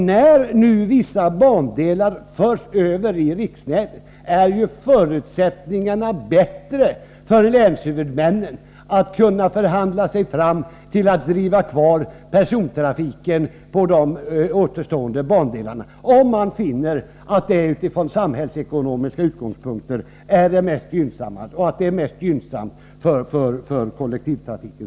När nu vissa bandelar förs över i riksnätet är förutsättningarna bättre för länshuvudmännen att förhandla sig fram till att kunna bibehålla persontrafik på de återstående bandelarna, om man finner att det från samhällsekonomiska utgångspunkter är det mest gynnsamma för kollektivtrafiken.